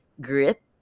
grit